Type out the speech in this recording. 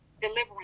Delivering